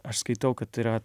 aš skaitau kad tai yra